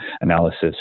analysis